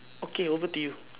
okay over to you